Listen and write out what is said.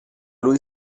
lui